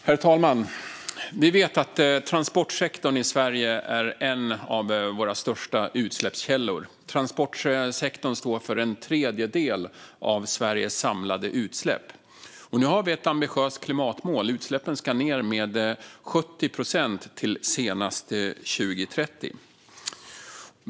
Herr talman! Vi vet att transportsektorn i Sverige är en av våra största utsläppskällor. Transportsektorn står för en tredjedel av Sveriges samlade utsläpp. Nu har vi ett ambitiöst klimatmål. Utsläppen ska ned med 70 procent till senast 2030.